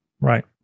Right